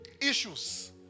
issues